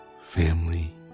family